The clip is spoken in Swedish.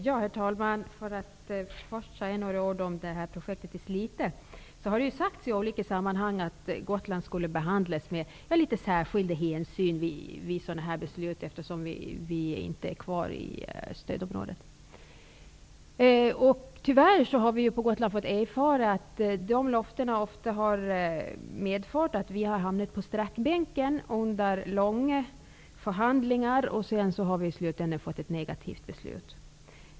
Herr talman! Först vill jag säga några ord om projektet i Slite. I olika sammanhang har det sagts att särskilda hänsyn bör tas till Gotland när sådana här beslut fattas, eftersom Gotland inte längre ingår i stödområde. Tyvärr har vi på Gotland ofta fått erfara att dessa löften gjort att vi har hållits på sträckbänken genom att långa förhandlingar förts och att vi sedan fått ett negativt besked i slutändan.